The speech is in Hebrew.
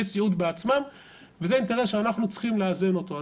סיעוד בעצמם וזה האינטרס שאנחנו צריכים לאזן אותו.